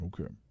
Okay